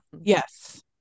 yes